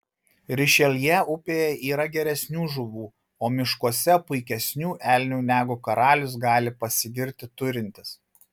rišeljė upėje yra geresnių žuvų o miškuose puikesnių elnių negu karalius gali pasigirti turintis